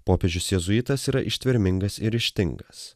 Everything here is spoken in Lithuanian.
popiežius jėzuitas yra ištvermingas ir ryžtingas